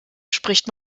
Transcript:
spricht